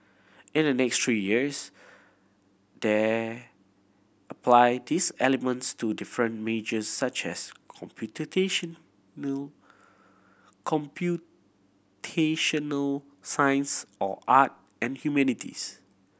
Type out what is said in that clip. in the next three years they apply these elements to different majors such as computational science or art and humanities